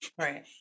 Right